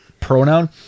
pronoun